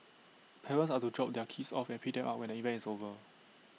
parents are to drop their kids off and pick them up when the event is over